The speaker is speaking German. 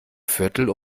viertel